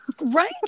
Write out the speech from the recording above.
Right